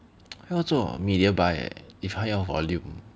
他要做 media buy leh if 他要 volume